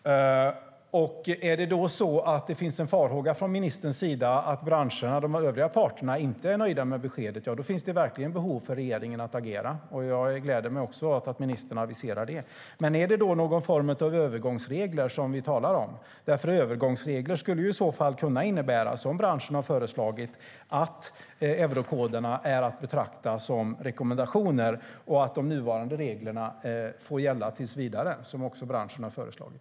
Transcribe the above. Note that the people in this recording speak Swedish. Finns det en farhåga från ministerns sida att de övriga parterna inte är nöjda med beskedet finns det verkligen behov av att regeringen agerar - jag gläder mig åt att ministern aviserar det. Men är det någon form av övergångsregler som vi talar om? Övergångsregler skulle i så fall kunna innebära, vilket branschen har föreslagit, att eurokoderna är att betrakta som rekommendationer och att de nuvarande reglerna får gälla tills vidare, vilket branschen också har föreslagit.